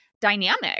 dynamic